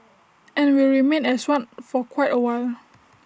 and will remain as one for quite A while